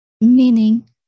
meaning